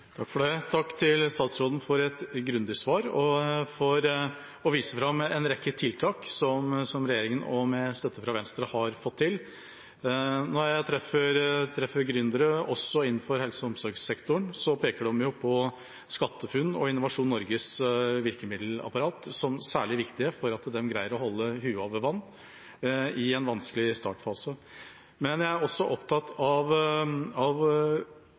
Takk til statsråden for et grundig svar og for å vise fram en rekke tiltak som regjeringa – med støtte fra Venstre – har fått til. Når jeg treffer gründere innenfor helse- og omsorgssektoren, peker de på SkatteFUNN og Innovasjon Norges virkemiddelapparat som særlig viktig for at de greier å holde hodet over vannet i en vanskelig startfase. Men jeg er også opptatt av